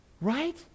Right